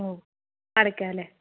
ഓ അടയ്ക്കാം അല്ലെ